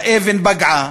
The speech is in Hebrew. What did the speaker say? האבן פגעה,